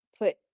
put